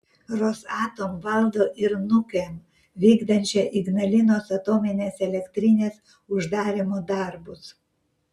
rosatom valdo ir nukem vykdančią ignalinos atominės elektrinės uždarymo darbus